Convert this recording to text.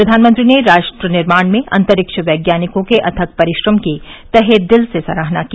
प्रधानमंत्री ने राष्ट्र निर्माण में अंतरिक्ष वैज्ञानिकों के अथक परिश्रम की तहे दिल से सराहना की